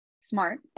smart